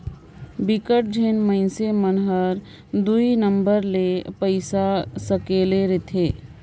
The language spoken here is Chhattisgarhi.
बिकट झिन मइनसे मन हर दुई नंबर ले पइसा सकेले रिथे